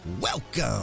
Welcome